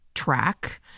track